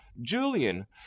Julian